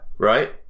Right